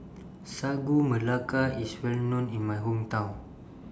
Sagu Melaka IS Well known in My Hometown